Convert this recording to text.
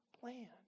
plan